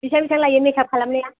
बेसेबां बेसेबां लायो मेखाब खालामनाया